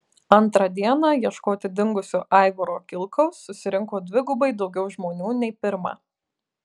antrą dieną ieškoti dingusio aivaro kilkaus susirinko dvigubai daugiau žmonių nei pirmą